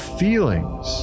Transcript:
feelings